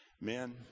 Men